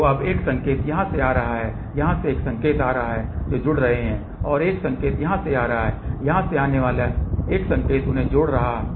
तो अब एक संकेत यहाँ से आ रहा है यहाँ से एक संकेत आ रहा है जो जुड़ रहा है और एक संकेत यहाँ से आ रहा है यहाँ से आने वाला एक संकेत उन्हें जोड़ा जा रहा है